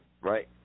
Right